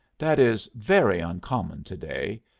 that is very uncommon to-day,